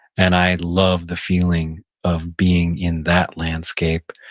and i love the feeling of being in that landscape,